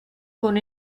con